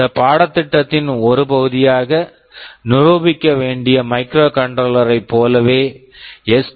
இந்த பாடத்திட்டத்தின் ஒரு பகுதியாக நிரூபிக்க வேண்டிய மைக்ரோகண்ட்ரோலர் microcontroller ரைப் போலவே எஸ்